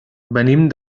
venim